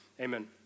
Amen